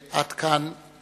עד כאן.